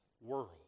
world